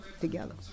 together